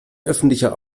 öffentlicher